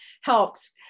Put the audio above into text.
Helps